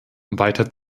weiter